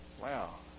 Wow